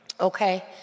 okay